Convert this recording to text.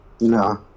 No